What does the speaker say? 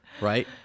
right